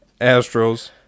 Astros